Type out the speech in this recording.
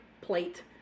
plate